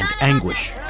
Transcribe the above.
anguish